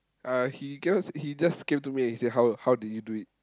uh he cannot s~ he just came to me and say how how did you do it